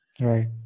right